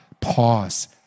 pause